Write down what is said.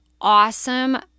awesome